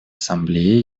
ассамблеи